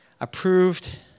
approved